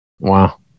Wow